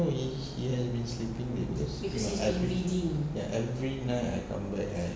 know he has been sleeping late because ya every ya every night I come back